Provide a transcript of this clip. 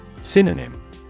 Synonym